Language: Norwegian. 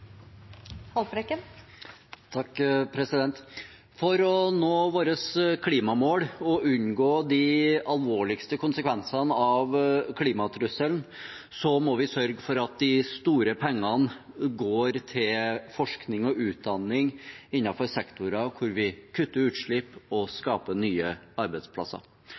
For å nå klimamålene og unngå de alvorligste konsekvensene av klimatrusselen må vi sørge for at de store pengene går til forskning og utdanning innenfor sektorer hvor vi kutter utslipp og skaper nye arbeidsplasser.